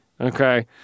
okay